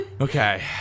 Okay